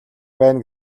байна